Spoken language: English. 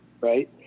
right